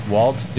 Walt